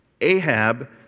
Ahab